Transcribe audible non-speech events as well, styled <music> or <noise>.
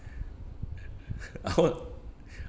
<laughs> I want